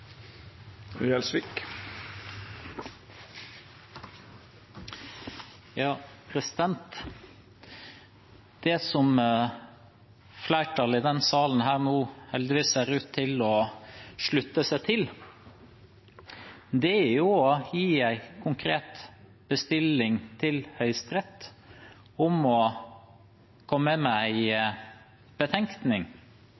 Det flertallet i denne salen her nå heldigvis ser ut til å slutte seg til, er å gi en konkret bestilling til Høyesterett om å komme med